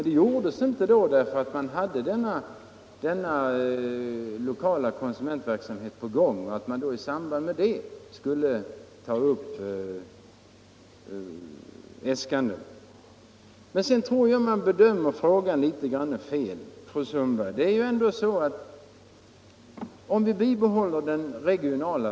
Det gjordes inte, därför att förslaget om lokal konsumentverksamhet då var på gång; avsikten var att anslaget i stället skulle behandlas i samband med detta förslag. Jag tror att fru Sundberg bedömer frågan litet fel.